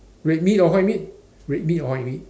red meat or white meat red meat or white meat